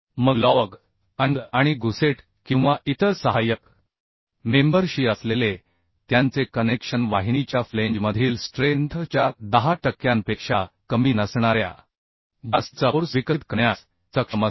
मग लजअँगल आणि गुसेट किंवा इतर सहाय्यक मेंबर शी असलेले त्यांचे कनेक्शन वाहिनीच्या फ्लेंजमधील स्ट्रेंथ च्या 10 टक्क्यांपेक्षा कमी नसणाऱ्या जास्तीचा फोर्स विकसित करण्यास सक्षम असेल